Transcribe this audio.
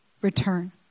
return